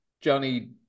Johnny